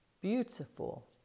beautiful